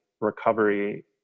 recovery